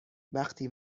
وقتی